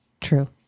True